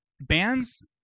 Bands